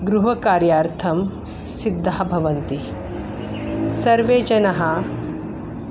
गृहकार्यार्थं सिद्धाः भवन्ति सर्वे जनाः